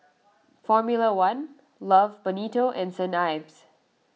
formula one Love Bonito and Saint Ives